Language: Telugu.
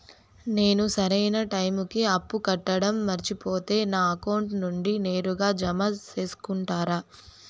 నేను సరైన టైముకి అప్పు కట్టడం మర్చిపోతే నా అకౌంట్ నుండి నేరుగా జామ సేసుకుంటారా?